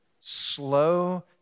slow